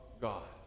God